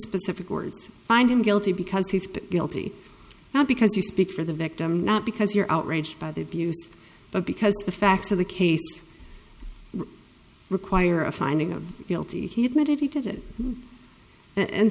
specific words find him guilty because he's guilty now because you speak for the victim not because you're outraged by the abuse but because the facts of the case require a finding of guilty he admitted he did it and